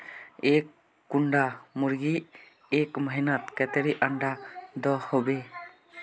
एक कुंडा मुर्गी एक महीनात कतेरी अंडा दो होबे?